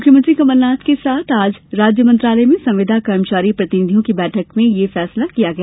मुख्यमंत्री कमलनाथ के साथ आज राज्य मंत्रालय में संविदा कर्मचारी प्रतिनिधियों की बैठक में यह फैसला लिया गया